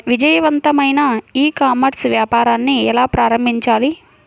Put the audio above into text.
విజయవంతమైన e-commerce వ్యాపారాన్ని ఎలా ప్రారంభించాలి?